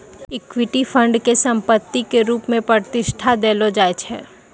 equity fund के संपत्ति के रुप मे प्रतिष्ठा देलो जाय छै